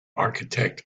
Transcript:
architect